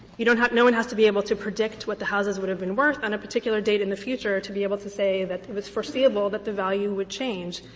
you know no one has to be able to predict what the houses would have been worth on a particular date in the future to be able to say that it was foreseeable that the value would change.